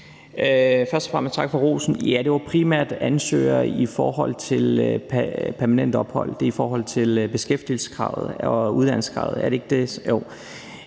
Først og fremmest tak for rosen. Ja, det var primært ansøgere i forhold til permanent ophold. Det er i forhold til beskæftigelseskravet og uddannelseskravet – er det ikke det? Jo.